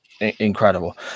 incredible